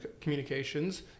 communications